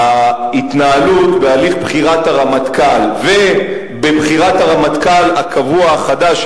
ההתנהלות בהליך בחירת הרמטכ"ל ובבחירת הרמטכ"ל הקבוע החדש,